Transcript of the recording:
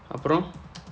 அப்புறம்:appuram